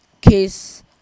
case